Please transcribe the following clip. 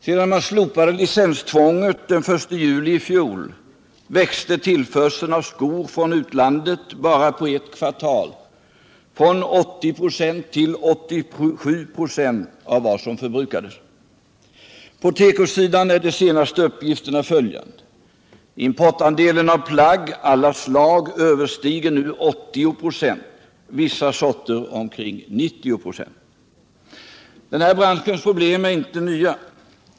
Sedan man slopade licenstvånpet den 1 juli i fjol, växte tillförseln av skor från utlandet bara på ett kvartaP från 80 96 till 87 26 av vad som förbrukades. På tekosidan är de senaste uppgifterna följande: importandelen av plagg, alla slag, överstiger nu 80 26. För vissa sorter ligger siffran omkring 90 96. Den här branschens problem är inte nya.